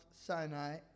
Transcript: Sinai